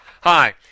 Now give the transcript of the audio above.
Hi